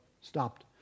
stopped